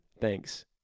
Thanks